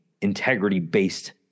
integrity-based